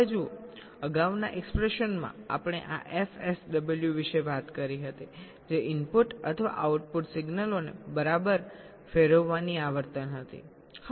હવે જુઓ અગાઉના એક્ષ્પ્રેસનમાં આપણે આ fSW વિશે વાત કરી હતી જે ઇનપુટ અથવા આઉટપુટ સિગ્નલોને બરાબર ફેરવવાની આવર્તન હતી